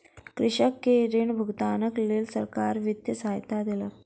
कृषक के ऋण भुगतानक लेल सरकार वित्तीय सहायता देलक